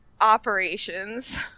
Operations